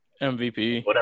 MVP